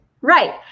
right